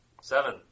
Seven